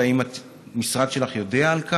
האם המשרד שלך יודע על כך?